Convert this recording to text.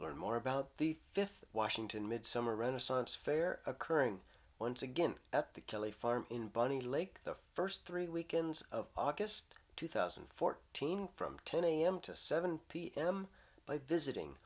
learn more about the fifth washington midsummer renaissance fair occurring once again at the kelly farm in bunny lake the first three weekends of august two thousand and fourteen from ten am to seven pm but visiting